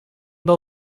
bol